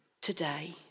today